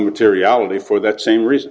materiality for that same reason